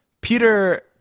Peter